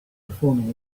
performing